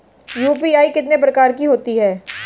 UPI कितने प्रकार की होती हैं?